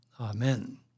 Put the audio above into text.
Amen